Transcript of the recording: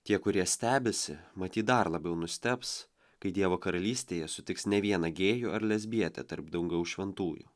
tie kurie stebisi matyt dar labiau nustebs kai dievo karalystėje sutiks ne vieną gėjų ar lesbietę tarp dangaus šventųjų